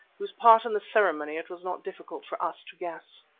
whose part in the ceremony it was not difficult for us to guess.